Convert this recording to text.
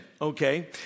okay